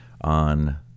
On